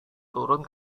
turun